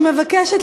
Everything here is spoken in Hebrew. אני מבקשת,